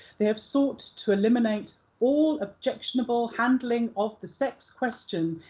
they have sought to eliminate all objectionable handling of the sex question,